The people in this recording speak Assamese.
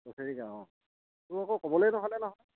বছেৰেকীয়া অঁ তোক আকৌ ক'বলৈই নহ'লে নহয়